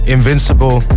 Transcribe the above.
Invincible